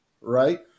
right